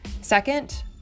second